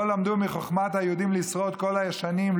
לא למדו מחוכמת היהודים של השנים לשרוד,